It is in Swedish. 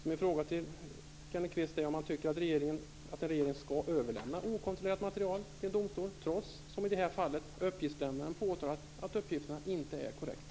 Min fråga till Kenneth Kvist är om han tycker att regeringen skall överlämna okontrollerat material till domstol trots, som i det här fallet, att uppgiftslämnaren påtalat att uppgifterna inte är korrekta.